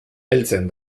heltzen